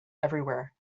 everywhere